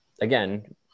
Again